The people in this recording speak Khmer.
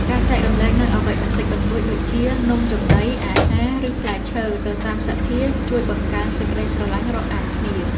ការចែករំលែកនូវអ្វីបន្តិចបន្តួចដូចជានំចំណីអាហារឬផ្លែឈើទៅតាមសទ្ធាជួយបង្កើនសេចក្តីស្រឡាញ់រាប់អានគ្នា។